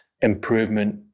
improvement